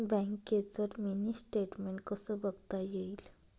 बँकेचं mini statement कसं बघता येईल?